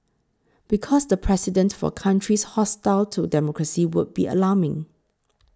because the precedent for countries hostile to democracy would be alarming